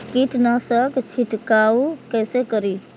कीट नाशक छीरकाउ केसे करी?